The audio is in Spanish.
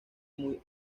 muy